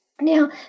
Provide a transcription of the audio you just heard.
Now